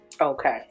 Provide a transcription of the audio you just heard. Okay